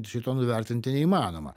šito nuvertinti neįmanoma